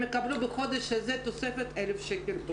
יקבלו בחודש הזה תוספת 1,000 שקל בחודש.